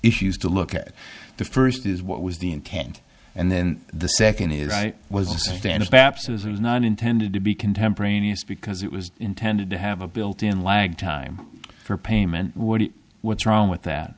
issues to look at the first is what was the intent and then the second was intended to be contemporaneous because it was intended to have a built in lag time for payment what's wrong with that